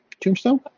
tombstone